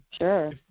Sure